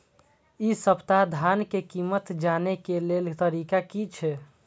इ सप्ताह धान के कीमत जाने के लेल तरीका की छे?